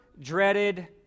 dreaded